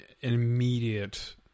immediate